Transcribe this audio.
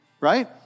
right